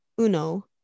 UNO